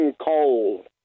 cold